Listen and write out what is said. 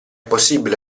possibile